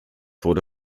wurde